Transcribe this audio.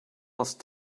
asked